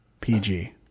PG